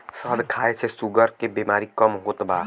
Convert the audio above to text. शहद खाए से शुगर के बेमारी कम होत बा